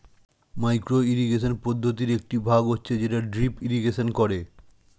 micro irrigation পদ্ধতির একটি ভাগ হচ্ছে যেটা ড্রিপ ইরিগেশন করে